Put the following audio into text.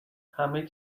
همه